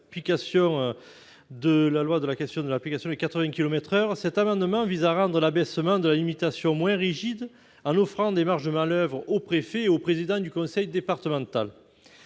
sur la question de l'application du 80 kilomètres par heure, cet amendement vise à rendre l'abaissement de la limitation moins rigide en offrant des marges de manoeuvre au préfet et au président du conseil départemental.